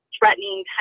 threatening